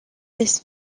this